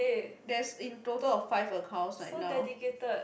there's in total of five accounts right now